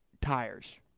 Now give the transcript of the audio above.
tires